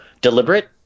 deliberate